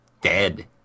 dead